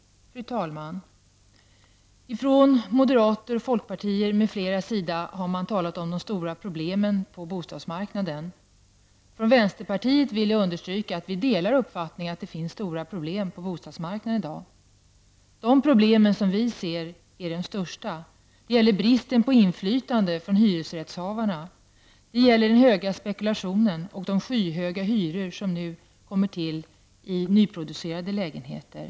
Bl.a. moderaterna och folkpartiet har talat om de stora problemen på bostadsmarknaden. Vi i vänsterpartiet delar uppfattningen att det finns stora problem på bostadsmarknaden i dag. De största problemen, som vi ser det, gäller bristen på inflytande för hyresrättshavarna, den omfattande spekulationen och de skyhöga hyrorna för nyproducerade lägenheter.